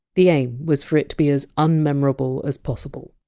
the aim was for it to be as unmemorable as possible.